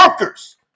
workers